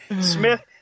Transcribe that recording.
Smith